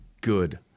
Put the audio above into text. good